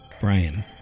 Brian